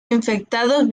infectados